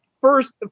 first